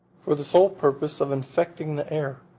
for the sole purpose of infecting the air,